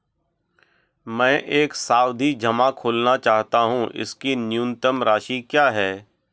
मैं एक सावधि जमा खोलना चाहता हूं इसकी न्यूनतम राशि क्या है?